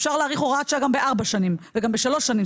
אפשר להאריך הוראה גם בארבע שנים וגם בשלוש שנים,